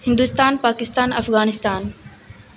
Hindustan Pakistan Afghanistan